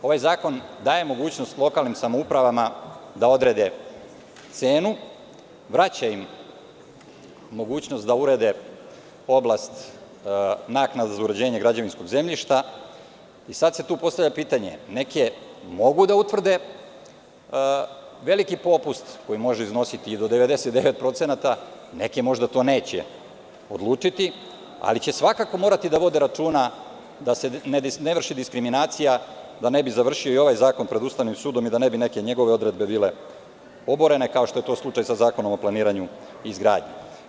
Ovaj zakon daje mogućnost lokalnim samoupravama da odrede cenu, vraća im mogućnost da urede oblast naknade za uređenje građevinskog zemljišta i sada se tu postavlja pitanje – neke mogu da utvrde veliki popust koji može iznositi i do 99%, neke možda to neće odlučiti, ali će svakako morati da vode računa da se ne vrši diskriminacija, da ne bi završio i ovaj zakon pred Ustavnim sudom i da ne bi neke njegove odredbe bile oborene, kao što je to slučaj sa Zakonom o planiranju i izgradnji.